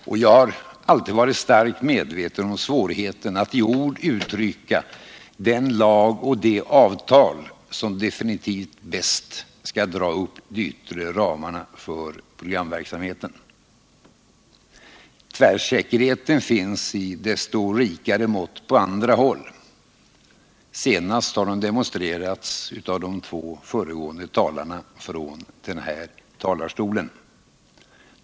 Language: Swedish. Och jag har alltid varit starkt medveten om svårigheten att i ord uttrycka den lag och det avtal som definitivt bäst skall dra upp de yttre ramarna för programverksamheten. Tvärsäkerheten finns i desto rikare mått på andra håll. Senast har den demonstrerats av de två föregående talarna från denna talarstol.